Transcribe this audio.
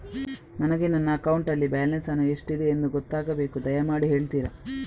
ನನಗೆ ನನ್ನ ಅಕೌಂಟಲ್ಲಿ ಬ್ಯಾಲೆನ್ಸ್ ಹಣ ಎಷ್ಟಿದೆ ಎಂದು ಗೊತ್ತಾಗಬೇಕು, ದಯಮಾಡಿ ಹೇಳ್ತಿರಾ?